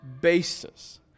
basis